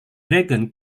dragon